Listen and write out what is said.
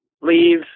leave